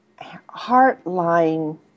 heartline